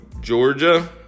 Georgia –